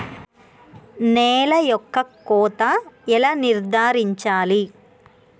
నేల యొక్క కోత ఎలా నిర్ధారించాలి?